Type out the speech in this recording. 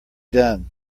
done